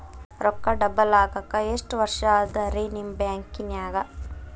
ರೊಕ್ಕ ಡಬಲ್ ಆಗಾಕ ಎಷ್ಟ ವರ್ಷಾ ಅದ ರಿ ನಿಮ್ಮ ಬ್ಯಾಂಕಿನ್ಯಾಗ?